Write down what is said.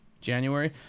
January